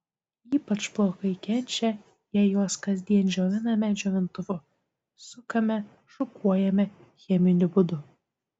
ypač plaukai kenčia jei juos kasdien džioviname džiovintuvu sukame šukuojame cheminiu būdu